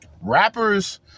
Rappers